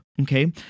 okay